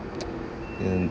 um